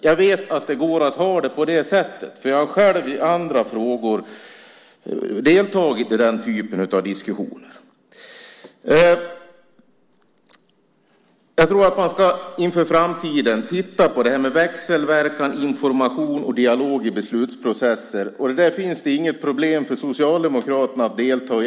Jag vet att det går att ha det på det sättet, för jag har själv i andra frågor deltagit i den typen av diskussioner. Jag tror att man inför framtiden ska titta på det här med växelverkan, information och dialog i beslutsprocesser. Där finns det inget problem för Socialdemokraterna att delta.